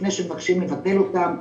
לפני שמבקשים לקפל אותם,